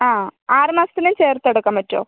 ആ ആറുമാസത്തിനും ചേർത്തെടുക്കാൻ പറ്റുമോ